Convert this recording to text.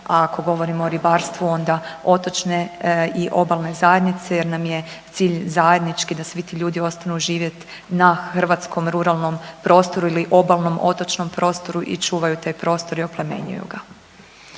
a ako govorimo o ribarstvu onda otočne i obalne zajednice jer nam je cilj zajednički da svi ti ljudi ostanu živjet na hrvatskom ruralnom prostoru ili obalnom otočnom prostoru i čuvaju taj prostor i oplemenjuju ga.